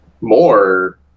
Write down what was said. more